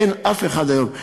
אין אף אחד היום,